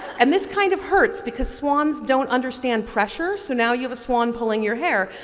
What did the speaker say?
and this kind of hurts because swans don't understand pressure so now you have a swan pulling your hair.